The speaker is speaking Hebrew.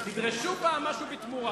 תדרשו פעם משהו בתמורה.